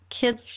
Kids